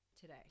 today